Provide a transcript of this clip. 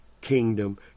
kingdom